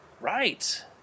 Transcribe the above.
Right